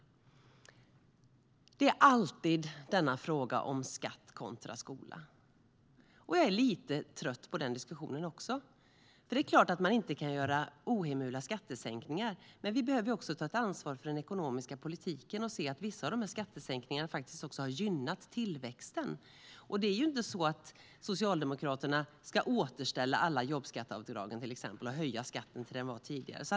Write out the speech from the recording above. Det är alltid denna fråga om skatt kontra skola, och den diskussionen är jag också lite trött på. Det är klart att man inte kan göra ohemula skattesänkningar, men vi behöver ta ansvar även för den ekonomiska politiken och se att vissa av de här skattesänkningarna faktiskt har gynnat tillväxten. Det är ju inte så att Socialdemokraterna ska avskaffa alla jobbskatteavdragen, till exempel, och höja skatten till tidigare nivåer.